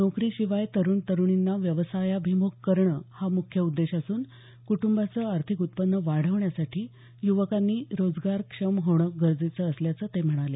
नोकरीशिवाय तरुण तरुणींना व्यवसायाभिम्ख करणं हा मुख्य उद्देश असून कुटुंबाचं आर्थिक उत्पन्न वाढवण्यासाठी युवकांनी रोजगारक्षम होणं गरजेचं असल्याचं ते म्हणाले